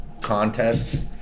contest